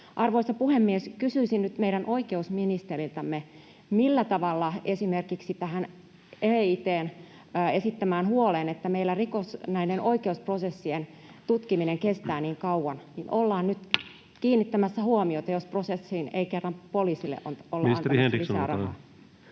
Arvoisa puhemies! Kysyisin nyt meidän oikeusministeriltämme: millä tavalla esimerkiksi tähän EIT:n esittämään huoleen, että meillä oikeusprosessien tutkiminen kestää niin kauan, ollaan nyt kiinnittämässä huomiota, jos ei kerran poliisille olla